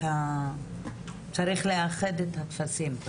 רק צריך לאחד את הטפסים.